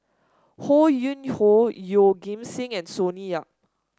Ho Yuen Hoe Yeoh Ghim Seng and Sonny Yap